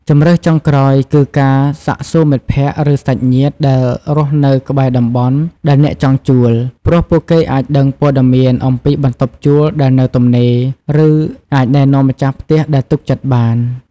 ជម្រើសចុងក្រោយ គឺការសាកសួរមិត្តភក្តិ ឬសាច់ញាតិដែលរស់នៅក្បែរតំបន់ដែលអ្នកចង់ជួល ព្រោះពួកគេអាចដឹងព័ត៌មានអំពីបន្ទប់ជួលដែលនៅទំនេរ ឬអាចណែនាំម្ចាស់ផ្ទះដែលទុកចិត្តបាន។